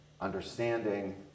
Understanding